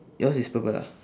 yours is purple ah